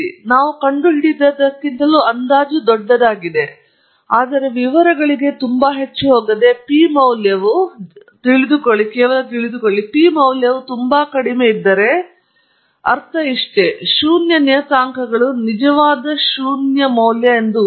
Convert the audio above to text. ನಾವು ಕಂಡುಹಿಡಿದಿದ್ದಕ್ಕಿಂತಲೂ ಅಂದಾಜು ದೊಡ್ಡದಾಗಿದೆ ಆದರೆ ವಿವರಗಳಿಗೆ ತುಂಬಾ ಹೆಚ್ಚು ಹೋಗದೆ ಪು ಮೌಲ್ಯವು ತುಂಬಾ ಕಡಿಮೆಯಿದ್ದರೆ ಸರಳ ಅರ್ಥ ಶೂನ್ಯ ನಿಯತಾಂಕಗಳು ನಿಜವಾದ ಶೂನ್ಯ ಮೌಲ್ಯ ಎಂದು ಊಹೆ